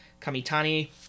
Kamitani